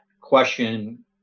question